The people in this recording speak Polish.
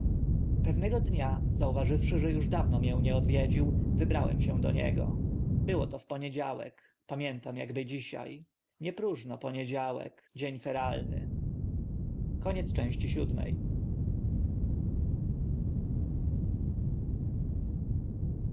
pewnego dnia zauważywszy że uż dawno mię nie odwiedził wybrałem się do niego było to w poniedziałek pamiętam akby dzisia nie próżno poniedziałek dzień feralny